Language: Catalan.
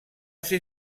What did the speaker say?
ser